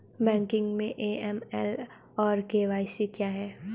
Banking में AML और KYC क्या हैं?